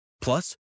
Plus